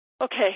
Okay